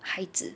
孩子